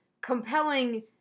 compelling